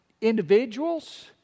individuals